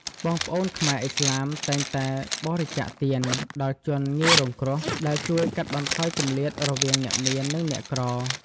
បងប្អូនខ្មែរឥស្លាមតែងតែបរិច្ចាគទាន ដល់ជនងាយរងគ្រោះ ដែលជួយកាត់បន្ថយគម្លាតរវាងអ្នកមាន និងអ្នកក្រ។